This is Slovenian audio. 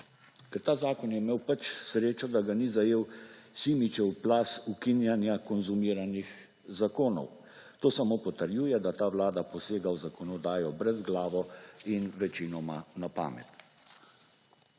ta zakon je imel pač srečo, da ga ni zajel Simičev plaz ukinjanja konzumiranih zakonov. To samo potrjuje, da ta vlada posega v zakonodajo brezglavo in večinoma na pamet.